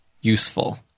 useful